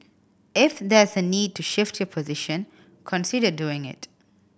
if there's a need to shift your position consider doing it